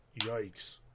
yikes